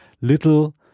little